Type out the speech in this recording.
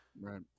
Right